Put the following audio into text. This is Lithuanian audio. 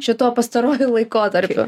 šituo pastaruoju laikotarpiu